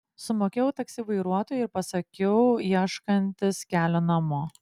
sumokėjau taksi vairuotojui ir pasakiau ieškantis kelio namo